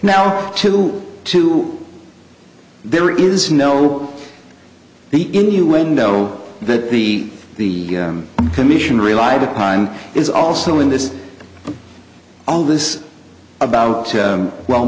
now till two there is no the innuendo that the the commission relied upon is also in this all this about well